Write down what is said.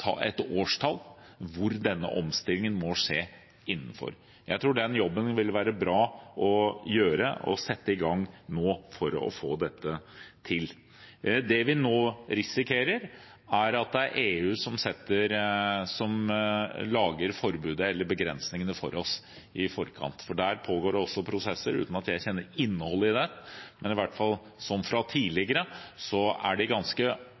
årstall denne omstillingen må skje innen. Jeg tror den jobben vil være bra å gjøre, å sette i gang nå for å få dette til. Det vi nå risikerer, er at det er EU som lager forbudet eller begrensningene for oss i forkant, for der pågår det også prosesser, uten at jeg kjenner innholdet i det. Men som kjent fra tidligere er de ganske